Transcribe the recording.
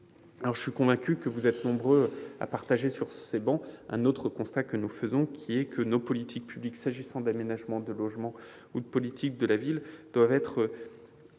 Je suis convaincu que vous êtes nombreux à partager sur ces travées un autre constat que nous faisons : nos politiques publiques en matière d'aménagement, de logement ou de politique de la ville doivent être